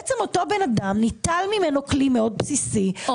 בעצם אותו אדם ניטל ממנו כלי מאוד בסיסי,